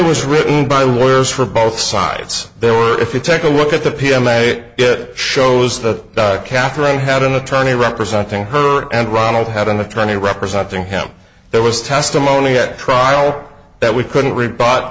was written by lawyers for both sides there were if you take a look at the p m a it shows that katherine had an attorney representing her and ronald had an attorney representing him there was testimony at trial that we couldn't